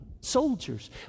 soldiers